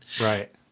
Right